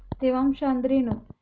ತೇವಾಂಶ ಅಂದ್ರೇನು?